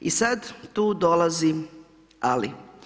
I sada tu dolazi ali.